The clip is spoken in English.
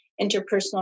interpersonal